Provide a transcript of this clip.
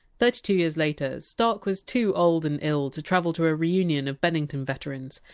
thirty two years later, stark was too old and ill to travel to a reunion of bennington veterans,